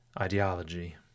ideology